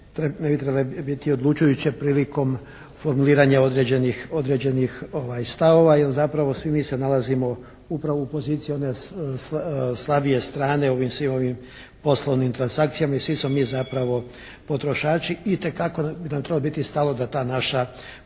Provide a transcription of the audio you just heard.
trebale biti odlučujuće prilikom formuliranja određenih stavova. Jer zapravo svi mi se nalazimo upravo u poziciji one slabije strane u svim ovim poslovnim transakcijama i svi smo mi zapravo potrošači. Itekako bi nam trebalo biti stalo da ta naša